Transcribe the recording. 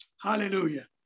Hallelujah